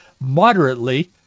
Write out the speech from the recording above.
moderately